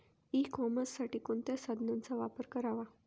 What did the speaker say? E कॉमर्ससाठी कोणत्या साधनांचा वापर करावा?